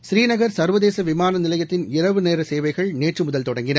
ஸ்ரீநகர் சர்வதேசவிமானநிலையத்தின் இரவு நேரசேவைகள் நேற்றுமுதல் தொடங்கின